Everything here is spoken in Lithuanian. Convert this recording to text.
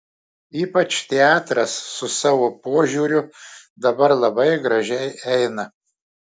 ypač teatras su savo požiūriu dabar labai gražiai eina